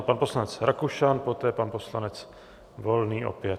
Pan poslanec Rakušan, poté pan poslanec Volný opět.